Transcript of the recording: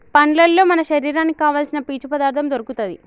పండ్లల్లో మన శరీరానికి కావాల్సిన పీచు పదార్ధం దొరుకుతది